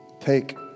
take